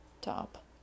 top